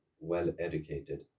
well-educated